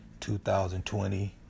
2020